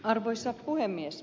arvoisa puhemies